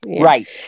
Right